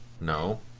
No